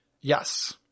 Yes